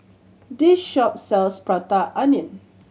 this shop sells Prata Onion